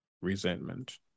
resentment